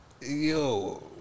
Yo